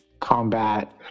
combat